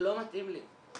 לא מתאים לי.